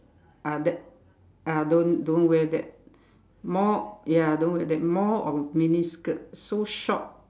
ah that ah don't don't wear that more ya don't wear that more of miniskirt so short